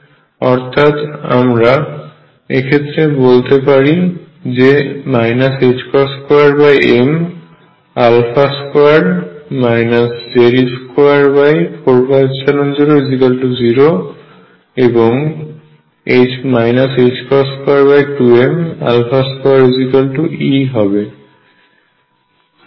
অর্থাৎ আমারা এক্ষেত্রে বলতে পারি যে 2m2 Ze24π00 এবং 22m2E